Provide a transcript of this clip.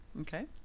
okay